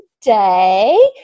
today